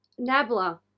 nabla